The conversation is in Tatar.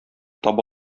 таба